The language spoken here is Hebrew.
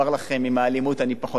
עם האלימות אני פחות מסכים,